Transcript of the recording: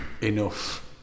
enough